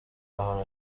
ahora